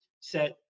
Set